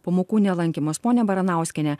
pamokų nelankymas pone baranauskiene